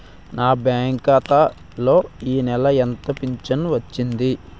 నా బ్యాంక్ ఖాతా లో ఈ నెల ఎంత ఫించను వచ్చింది?